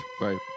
Right